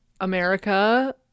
America